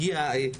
הגיע העת.